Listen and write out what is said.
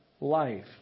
life